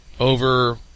over